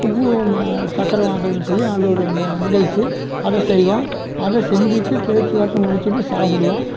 உப்பு சக்கரை வாங்கிறதுனு சொல்லி அந்த ஒரு நிகழ்ச்சி அதை செய்வோம் அதை செஞ்சுட்டு பேச்சு வார்த்தை முடித்துட்டு சாப்பிடுவோம்